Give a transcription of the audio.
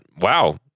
wow